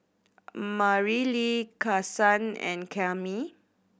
Marilee Kason and Cammie